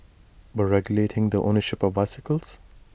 but regulating the ownership of bicycles